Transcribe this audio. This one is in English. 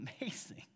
Amazing